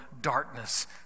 darkness